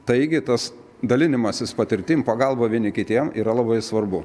taigi tas dalinimasis patirtim pagalba vieni kitiem yra labai svarbu